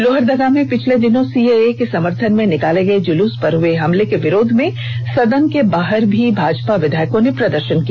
लोहरदगा में पिछले दिनों सीएए के समर्थन में निकाले गए जुलूस पर हुए हमले के विरोध में सदन के बाहर भी भाजपा विधायकों ने प्रदर्शन किया